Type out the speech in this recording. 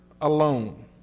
alone